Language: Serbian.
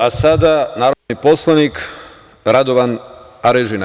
Reč ima narodni poslanik Radovan Arežina.